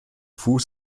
fuß